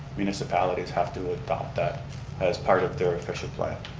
municipalities have to adopt that as part of their official plan.